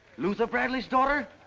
luther bradley's daughter?